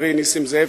חברי נסים זאב,